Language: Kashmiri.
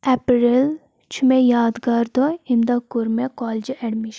اپریل چھُ مےٚ یادگار دۄہ امہِ دۄہ کوٚر مےٚ کالجہِ ایٚڈمہِ